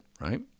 right